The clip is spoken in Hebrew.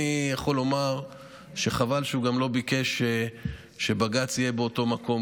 אני יכול לומר שחבל שהוא גם לא ביקש שבג"ץ יהיה באותו מקום,